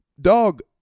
dog